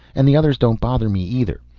and the others don't bother me either.